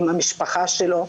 עם המשפחה שלו,